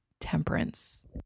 temperance